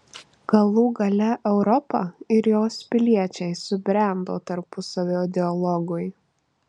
galų gale europa ir jos piliečiai subrendo tarpusavio dialogui